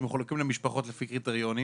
שמחולקים למשפחות לפי קריטריונים.